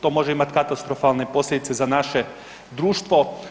To može imat katastrofalne posljedice za naše društvo.